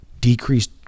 decreased